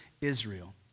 Israel